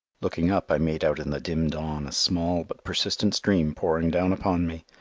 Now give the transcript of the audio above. looking up i made out in the dim dawn a small but persistent stream pouring down upon me.